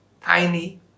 tiny